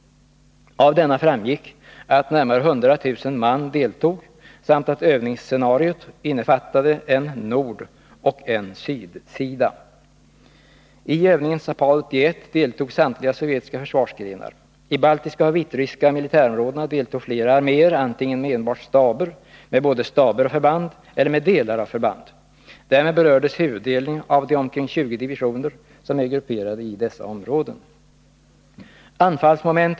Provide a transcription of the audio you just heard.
Av denna framgick att närmare 100 000 man deltog samt att övningsscenariot innefattade en Nordoch en Sydsida. I övningen ZAPAD 81 deltog samtliga sovjetiska försvarsgrenar. I baltiska och vitryska militärområdena deltog flera arméer, antingen med enbart staber, med både staber och förband eller med delar av förband. Därmed berördes huvuddelen av de omkring 20 divisioner som är grupperade i dessa områden.